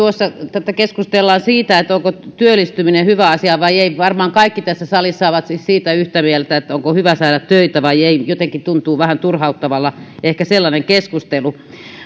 keskustellaan siitä onko työllistyminen hyvä asia vai ei varmaan kaikki tässä salissa ovat siis siitä yhtä mieltä onko hyvä saada töitä vai ei jotenkin tuntuu vähän turhauttavalta ehkä sellainen keskustelu